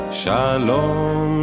shalom